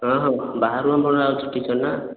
ହଁ ହଁ ବାହାରୁ ଆମର ଆସୁଛି ଟିଚର୍ ନା